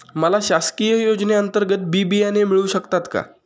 मला शासकीय योजने अंतर्गत बी बियाणे मिळू शकतात का?